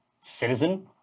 Citizen